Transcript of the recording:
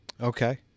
Okay